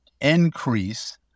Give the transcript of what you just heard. increase